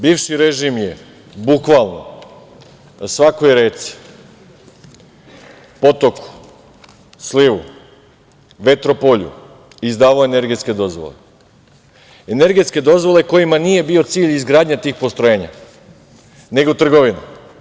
Bivši režim je bukvalno na svakoj reci, potoku, slivu, vetropolju izdavao energetske dozvole, energetske dozvole kojima nije bio cilj izgradnja tih postrojenja, nego trgovina.